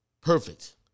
Perfect